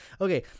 Okay